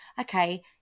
okay